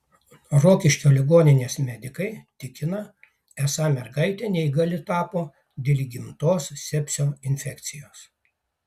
rokiškio ligoninės medikai tikina esą mergaitė neįgali tapo dėl įgimtos sepsio infekcijos